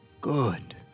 good